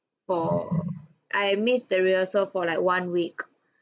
for I missed the rehearsal for like one week